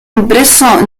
impreso